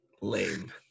Lame